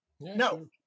no